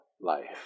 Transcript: life